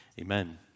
Amen